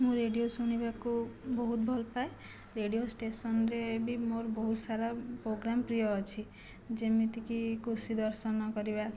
ମୁଁ ରେଡ଼ିଓ ଶୁଣିବାକୁ ବହୁତ ଭଲପାଏ ରେଡ଼ିଓ ଷ୍ଟେସନରେ ବି ମୋର ବହୁତ ସାରା ପ୍ରୋଗ୍ରାମ ପ୍ରିୟ ଅଛି ଯେମିତିକି କୃଷି ଦର୍ଶନ କରିବା